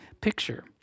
picture